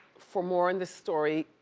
for more on this story,